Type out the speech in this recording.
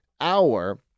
hour